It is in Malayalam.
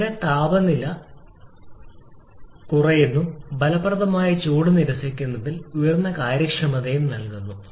ഇവിടെ താപനില കുറയുന്നു ഫലപ്രദമായ ചൂട് നിരസിക്കുന്നതിൽ ഉയർന്ന കാര്യക്ഷമതയും സംഭവിക്കുന്നു